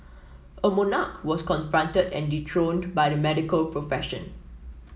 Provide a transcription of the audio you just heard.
a monarch was confronted and dethroned by the medical profession